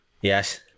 Yes